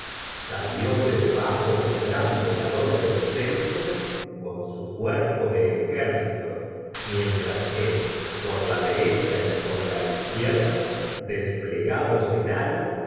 salió de debajo del gran v ador del centro con su cuerpo de ejército mientras que por la derecha y por la izquierda de l'plegados en ala